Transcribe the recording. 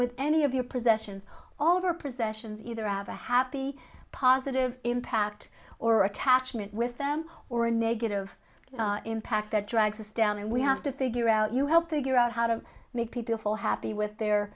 with any of your possessions all of our possessions either have a happy positive impact or attachment with them or a negative impact that drags us down and we have to figure out you help figure out how to make people feel happy with their